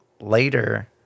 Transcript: later